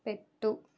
పెట్టు